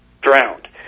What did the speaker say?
drowned